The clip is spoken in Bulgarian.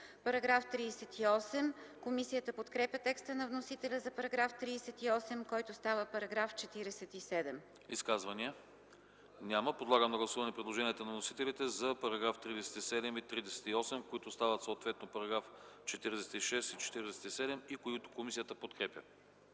По § 38 комисията подкрепя текста на вносителя за параграфа, който става § 47. ПРЕДСЕДАТЕЛ АНАСТАС АНАСТАСОВ: Изказвания? Няма. Подлагам на гласуване предложението на вносителите за параграфи 37 и 38, които стават съответно параграфи 46 и 47, и които комисията подкрепя.